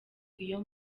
iyo